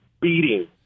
beating